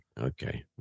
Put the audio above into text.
Okay